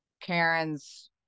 Karen's